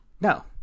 No